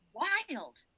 wild